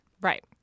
Right